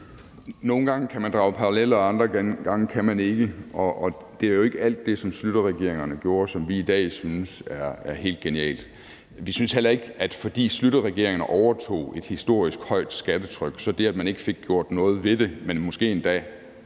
Nogle gange kan man drage paralleller, og andre gange kan man ikke. Og det er jo ikke alt det, som Schlüterregeringerne gjorde, som vi i dag synes er helt genialt. Vi synes heller ikke, at det var helt genialt, at Schlüterregeringerne ikke fik gjort noget ved det historisk høje